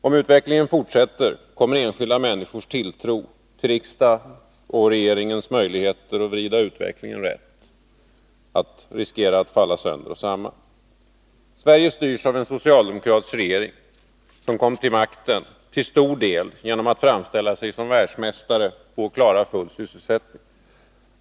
Om utvecklingen fortsätter finns det risk för att enskilda människors tilltro till riksdagens och regeringens möjligheter att vrida utvecklingen rätt kommer att falla sönder och samman. Sverige styrs av en socialdemokratisk regering, som kom till makten till stor del genom att framställa sig som världsmästare på att klara full sysselsättning.